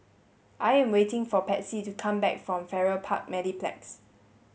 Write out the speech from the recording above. I am waiting for Patsy to come back from Farrer Park Mediplex